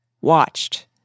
watched